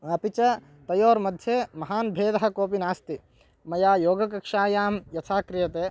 अपि च तयोर्मध्ये महान् भेदः कोऽपि नास्ति मया योगकक्षायां यथा क्रियते